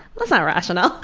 that's not rational.